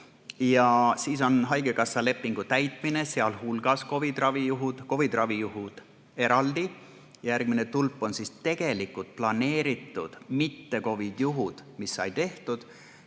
Ja siis on haigekassa lepingu täitmine, sh COVID-i ravijuhud, COVID-i ravijuhud eraldi. Järgmine tulp on tegelikult planeeritud mitte-COVID-i juhud, mis sai tehtud,